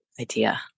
idea